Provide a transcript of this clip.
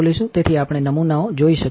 તેથી આપણેનમૂનાઓજોઈ શકીએ છીએ